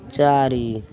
चारि